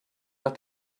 nach